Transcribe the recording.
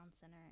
center